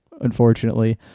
Unfortunately